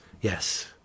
Yes